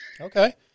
Okay